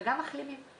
גם לגבי מחלימים.